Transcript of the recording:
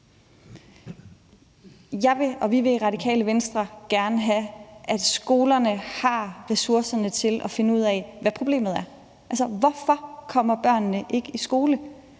Jeg og vi i Radikale Venstre vil gerne have, at skolerne har ressourcerne til at finde ud af, hvad problemet er. Altså, hvorfor kommer børnene ikke i skole?